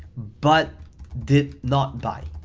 but did not buy,